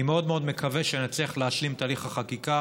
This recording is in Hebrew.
אני מאוד מאוד מקווה שנצליח להשלים את תהליך החקיקה.